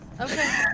Okay